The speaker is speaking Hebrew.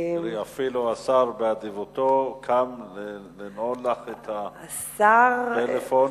אפילו השר באדיבותו קם לנעול לך את הפלאפון.